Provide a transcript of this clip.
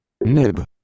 Nib